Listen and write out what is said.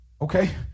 Okay